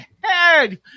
head